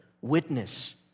witness